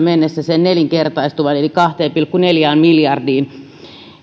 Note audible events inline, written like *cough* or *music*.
*unintelligible* mennessä sen nelinkertaistuvan euroopan väkilukuun verrattuna eli kahteen pilkku neljään miljardiin